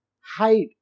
hide